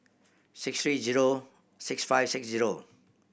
six three zero seven six five six zero